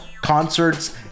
concerts